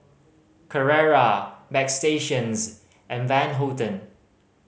Carrera Bagstationz and Van Houten